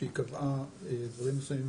שהיא קבעה דברים מסוימים,